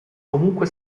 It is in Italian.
comunque